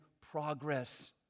progress